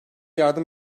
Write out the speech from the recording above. yardım